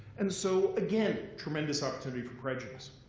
and so again, tremendous opportunity for prejudice.